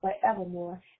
forevermore